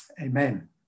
Amen